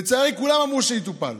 לצערי, כולם אמרו שיטופל,